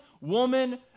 woman